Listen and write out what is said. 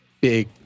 big